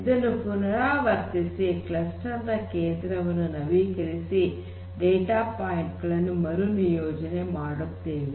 ಇದನ್ನು ಪುನರಾವರ್ತಿಸಿ ಕ್ಲಸ್ಟರ್ ನ ಕೇಂದ್ರ ವನ್ನು ನವೀಕರಿಸಿ ಡೇಟಾ ಪಾಯಿಂಟ್ ಗಳನ್ನು ಮರುನಿಯೋಜನೆ ಮಾಡುತ್ತೇವೆ